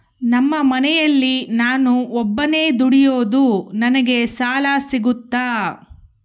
ನಮ್ಮ ಮನೆಯಲ್ಲಿ ನಾನು ಒಬ್ಬನೇ ದುಡಿಯೋದು ನನಗೆ ಸಾಲ ಸಿಗುತ್ತಾ?